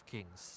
Kings